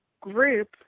group